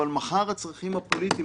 אבל מחר הצרכים הפוליטיים,